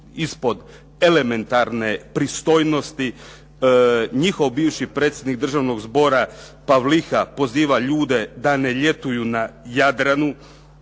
ispod elementarne pristojnosti, njihov bivši predsjednik Državnog zbora Pavliha poziva ljude da ne ljetuju na Jadranu,